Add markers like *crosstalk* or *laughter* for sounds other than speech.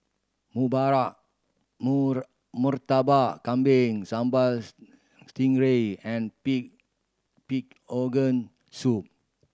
*unintelligible* Murtabak Kambing sambal *unintelligible* stingray and pig pig organ soup